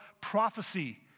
prophecy